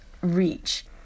reach